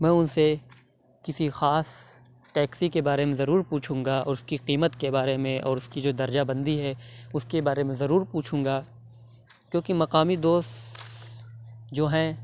میں ان سے کسی خاص ٹیکسی کے بارے میں ضرور پوچھوں گا اور اس کی قیمت کے بارے میں اور اس کی جو درجہ بندی ہے اس کے بارے میں ضرور پوچھوں گا کیوں کی مقامی دوست جو ہیں